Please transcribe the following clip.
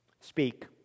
Speak